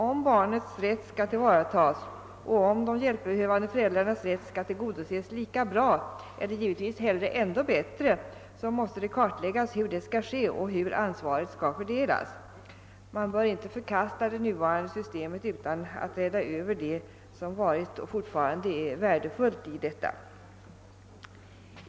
Om barnens rätt skall tillvaratas och om de hjälpbehövande föräldrarnas rätt skall tillgodoses lika bra — eller helst ännu bättre — måste det kartläggas hur detta skall ske och hur ansvaret skall fördelas. Man bör inte förkasta det nuvarande systemet utan att rädda över det som varit och fortfarande är värdefullt i detta.